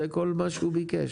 זה כל מה שהוא ביקש,